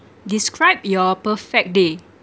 describe your perfect day